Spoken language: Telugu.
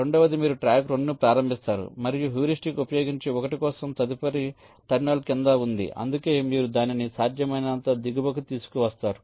రెండవది మీరు ట్రాక్ 2 ను ప్రారంభిస్తారు మరియు హ్యూరిస్టిక్ ఉపయోగించి 1 కోసం తదుపరి టెర్మినల్ క్రింద ఉంది అందుకే మీరు దానిని సాధ్యమైనంత దిగువకు తీసుకువస్తారు